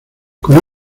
con